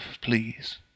please